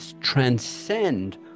transcend